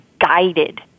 guided